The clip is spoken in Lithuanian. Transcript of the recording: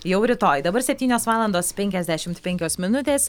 jau rytoj dabar septynios valandos penkiasdešimt penkios minutės